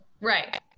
Right